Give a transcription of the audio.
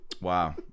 Wow